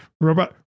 Robot